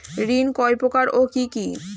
ঋণ কয় প্রকার ও কি কি?